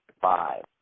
five